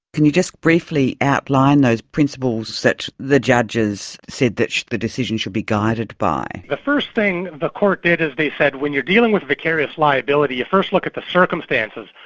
can you just briefly outline those principles that the judges said that the decision should be guided by? the first thing the court did is they said, when you're dealing with vicarious liability, you first look at the circumstances.